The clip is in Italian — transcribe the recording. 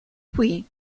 qui